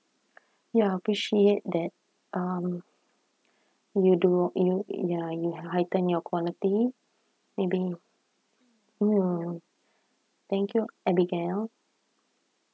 ya appreciate that um you do you ya you heighten your quality maybe mm thank you abigail